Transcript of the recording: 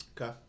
Okay